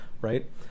Right